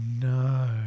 no